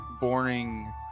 boring